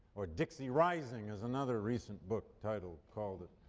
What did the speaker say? or dixie rising as another recent book title called it.